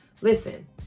listen